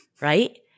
Right